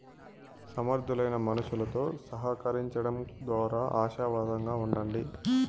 సమర్థులైన మనుసులుతో సహకరించడం దోరా ఆశావాదంగా ఉండండి